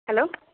hello